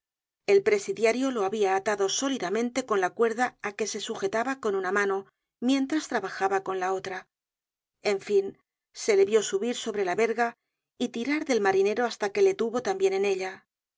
el presidiario lo habia atado sólidamente con la cuerda á que se sujetaba conunamiano mientras trabajaba con la otra en fin se le vió subir sobre la verga y tirar del marinero hasta que le tuvo tambien en ella